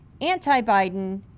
Anti-Biden